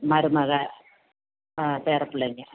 மருமகள் ஆ பேரப்பிள்ளைங்க